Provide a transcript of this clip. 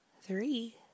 three